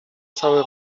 cały